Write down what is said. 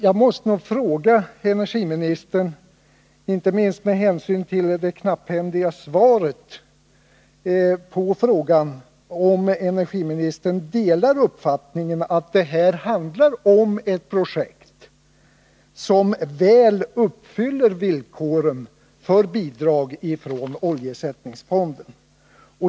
Jag måste nog fråga energiministern, inte minst med tanke på det knapphändiga svaret, om han delar uppfattningen att det här handlar om ett projekt som väl uppfyller villkoren för bidrag från oljeersättningsfonden.